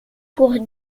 pour